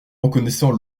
reconnaissant